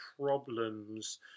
problems